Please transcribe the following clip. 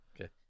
Okay